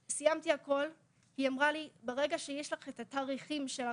סיימתי את הכל והיא אמרה לי "..ברגע שיש לך את התאריכים של הקורס,